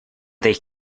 they